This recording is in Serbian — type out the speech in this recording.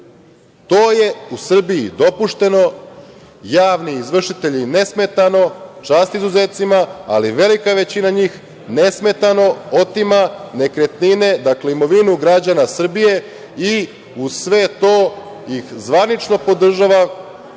To je u Srbiji dopušteno. Javni izvršitelji nesmetano, čast izuzecima, ali velika većina njih nesmetano otima nekretnine, dakle imovinu građana Srbije i uz sve to ih zvanično podržava